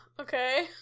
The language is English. okay